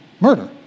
murder